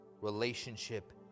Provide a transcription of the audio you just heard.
relationship